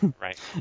Right